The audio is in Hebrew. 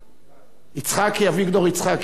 אביגדור, יצחקי.